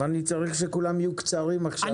אני צריך שכולם יהיו קצרים עכשיו.